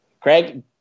Craig